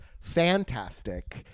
fantastic